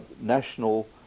national